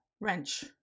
wrench